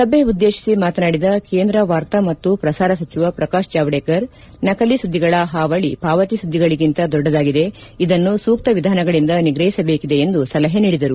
ಸಭೆ ಉದ್ದೇಶಿಸಿ ಮಾತನಾಡಿದ ಕೇಂದ್ರ ವಾರ್ತಾ ಮತ್ತು ಪ್ರಸಾರ ಸಚಿವ ಪ್ರಕಾಶ್ ಜಾವಡೇಕರ್ ನಕಲಿ ಸುದ್ದಿಗಳ ಹಾವಳಿ ಪಾವತಿ ಸುದ್ದಿಗಳಿಗಿಂತ ದೊಡ್ಡದಾಗಿದೆ ಇದನ್ನು ಸೂಕ್ತ ವಿಧಾನಗಳಿಂದ ನಿಗ್ರಹಿಸಬೇಕಿದೆ ಎಂದು ಸಲಹೆ ನೀಡಿದರು